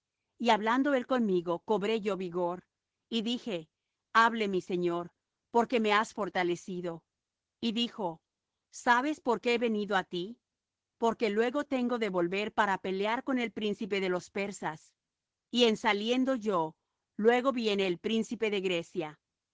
y hablando él conmigo cobré yo vigor y dije hable mi señor porque me has fortalecido y dijo sabes por qué he venido á ti porque luego tengo de volver para pelear con el príncipe de los persas y en saliendo yo luego viene el príncipe de grecia